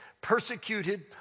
persecuted